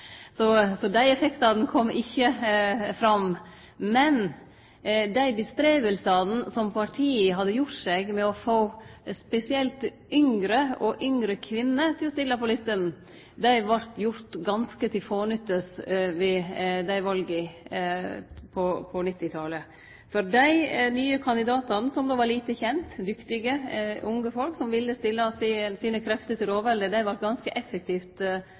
så dei effektane kom ikkje fram, men den umaken som partiet hadde gjort seg for å få spesielt yngre, og yngre kvinner, til å stille på listene, vart gjord ganske til fånyttes ved vala på 1990-talet, for dei nye kandidatane, som då var lite kjende – dyktige, unge folk som ville stille sine krefter til rådvelde – vart ganske effektivt